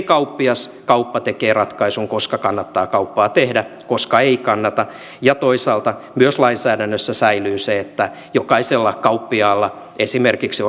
kauppias kauppa tekee ratkaisun koska kannattaa kauppaa tehdä koska ei kannata ja toisaalta myös lainsäädännössä säilyy se että jokaisella kauppiaalla esimerkiksi